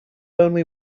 only